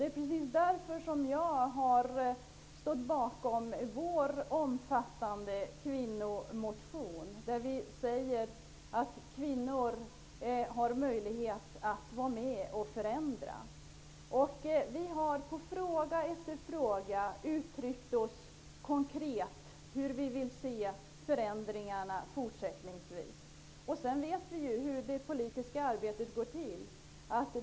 Det är därför som jag står bakom vår omfattande kvinnomotion, där vi säger att kvinnor har möjlighet att vara med och förändra. Vi har uttryckt oss konkret när det gäller fråga efter fråga och angivit vilka förändringar vi vill se fortsättningsvis. Men vi vet ju alla hur det politiska arbetet går till.